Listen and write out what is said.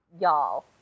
Y'all